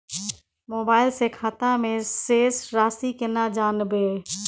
Mobile से खाता में शेस राशि केना जानबे?